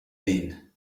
been